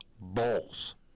balls